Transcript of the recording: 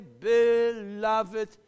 beloved